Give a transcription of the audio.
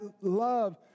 love